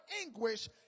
anguish